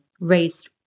raised